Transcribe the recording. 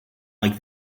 like